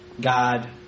God